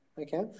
okay